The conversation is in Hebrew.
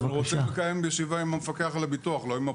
אנחנו רוצים לקיים ישיבה עם המפקח על הביטוח לא עם הפול.